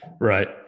Right